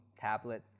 tablet